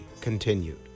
continued